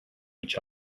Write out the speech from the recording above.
each